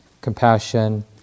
compassion